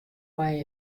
mei